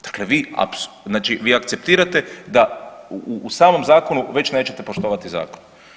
Dakle vi .../nerazumljivo/..., znači vi akceptirate da u samom zakonu već nećete poštovani zakon.